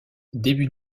début